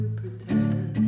pretend